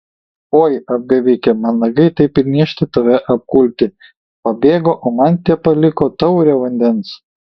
oi apgavike man nagai taip ir niežti tave apkulti pabėgo o man tepaliko taurę vandens